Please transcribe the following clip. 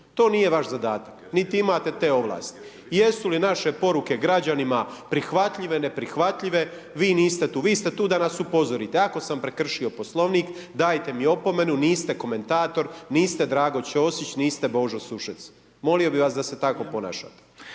to nije vaš zadatak, niti imate te ovlasti. Jesu li naše poruke građanima prihvatljive, neprihvatljive, vi niste tu, vi ste tu da nas upozorite, ako sam prekršio Poslovnik, dajte mi opomenu, niste komentator, niste Drago Ćosić, niste Božo Sušec, molio bih vas da se tako ponašate.